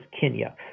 Kenya